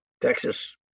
Texas –